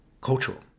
Cultural